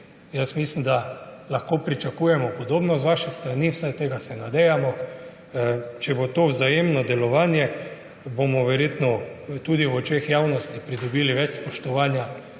Mislim, da lahko pričakujemo podobno z vaše strani, vsaj tega se nadejamo. Če bo to vzajemno delovanje, bomo verjetno tudi v očeh javnosti pridobili več spoštovanja